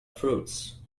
fruits